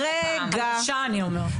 רגע.